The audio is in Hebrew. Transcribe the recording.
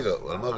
על מה רוויזיה?